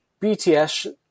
BTS